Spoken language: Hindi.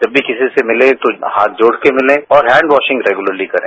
जब भी किसी से मिले तो हाथ जोड़कर मिलें और हैंडवासिंग रेगुलरती करें